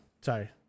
Sorry